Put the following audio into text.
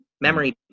memory